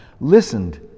listened